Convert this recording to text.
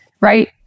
right